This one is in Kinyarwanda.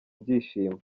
byishimo